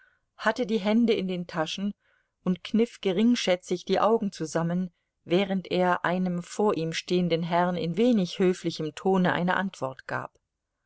hatte die hände in den taschen und kniff geringschätzig die augen zusammen während er einem vor ihm stehenden herrn in wenig höflichem tone eine antwort gab